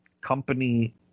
company